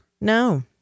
No